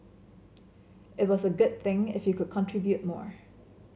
it was a good thing if you could contribute more